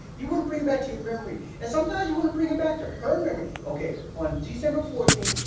you want to bring it back to your memory. and sometimes, you want to bring it back to her memory. okay, on dec, um ah fourteenth,